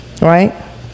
right